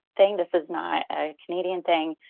thing. this is not a canadian thing.